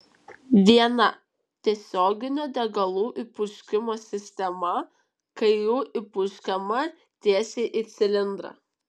viena tiesioginio degalų įpurškimo sistema kai jų įpurškiama tiesiai į cilindrą